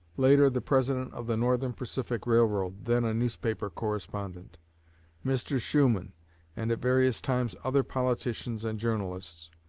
later the president of the northern pacific railroad, then a newspaper correspondent mr. shuman and, at various times, other politicians and journalists.